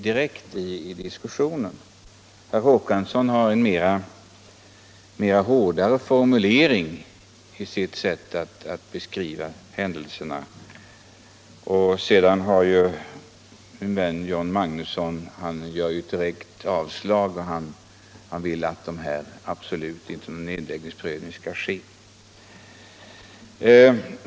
Herr Håkansson i Rönneberga har en hårdare formulering när han beskriver händelserna, och min vän John Magnusson i Kristinehamn har yrkat direkt avslag. Han vill inte att någon nedläggningsprövning skall förekomma.